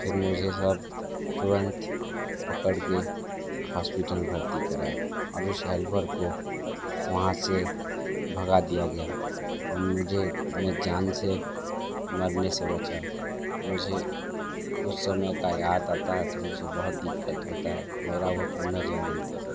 फिर मुझे सब तुरंत पकड़ के हॉस्पिटल भर्ती कर आए और उस हेल्पर को वहाँ से भगा दिया गया मुझे में जान से मरने से बचा मुझे उस समय का याद आता है तो मुझे बहुत दिक्कत होता है मेरा वो पुनर्जन्म था